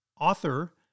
author